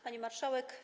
Pani Marszałek!